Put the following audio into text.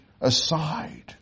aside